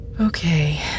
Okay